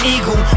Eagle